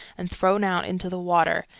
and thrown out into the water,